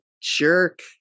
jerk